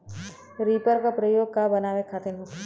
Reaper का प्रयोग का बनावे खातिन होखि?